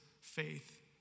faith